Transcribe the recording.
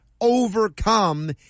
overcome